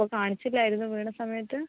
അപ്പോൾ കാണിച്ചില്ലായിരുന്നോ വീണ സമയത്ത്